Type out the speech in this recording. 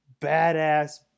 badass